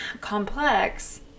complex